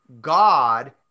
god